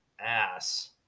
ass